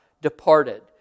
departed